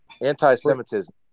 anti-Semitism